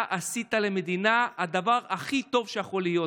אתה עשית למדינה את הדבר הכי טוב שיכול להיות,